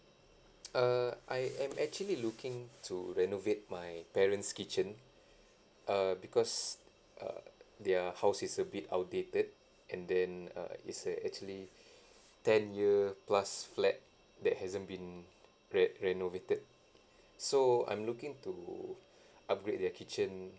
err I am actually looking to renovate my parents' kitchen uh because uh their house is a bit outdated and then uh it's a actually ten year plus flat that hasn't been re~ renovated so I'm looking to upgrade their kitchen